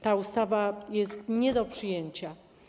Ta ustawa jest nie do przyjęcia.